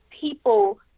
people